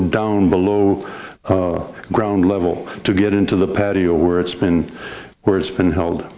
down below ground level to get into the patio where it's been where it's been held